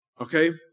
Okay